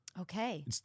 Okay